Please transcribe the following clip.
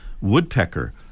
woodpecker